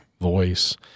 voice